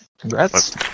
congrats